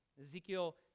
Ezekiel